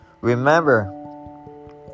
Remember